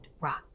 Rock